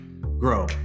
grow